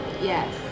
Yes